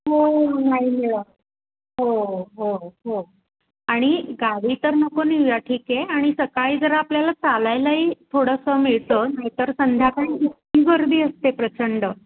हो नाही मिळत हो हो हो आणि गाडी तर नको नेऊया ठीके आणि सकाळी जरा आपल्याला चालायलाही थोडंसं मिळतं नाहीतर संध्याकाळी इतकी गर्दी असते प्रचंड